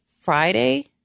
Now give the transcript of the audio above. Friday